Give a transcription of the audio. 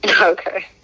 Okay